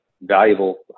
valuable